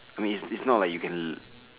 I mean this is not you can